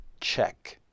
check